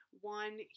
one